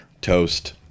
Toast